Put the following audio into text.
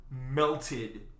melted